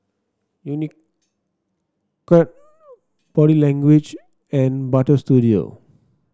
Unicurd Body Language and Butter Studio